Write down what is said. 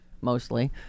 mostly